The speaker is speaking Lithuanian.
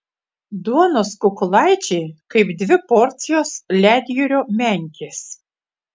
duonos kukulaičiai kaip dvi porcijos ledjūrio menkės